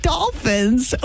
Dolphins